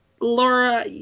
Laura